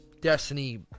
Destiny